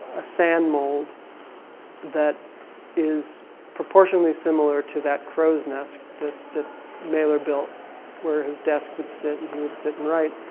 a sand mold that is proportionally similar to that crow's nest that, that mailer built where his desk would sit and he would sit and write.